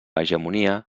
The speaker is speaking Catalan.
hegemonia